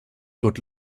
good